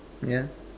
yeah